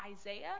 Isaiah